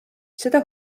seda